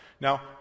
Now